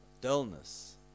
dullness